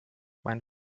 mein